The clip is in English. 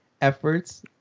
efforts